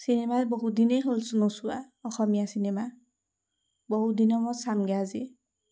cinema বহুত দিনেই হ'ল নোচোৱা অসমীয়া চিনেমা বহুত দিনৰ মূৰত চামগৈ আজি